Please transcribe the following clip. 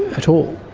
at all.